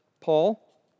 Paul